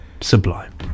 sublime